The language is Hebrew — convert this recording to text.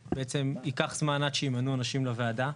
ייקח זמן עד שימנו אנשים לוועדה.